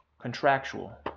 contractual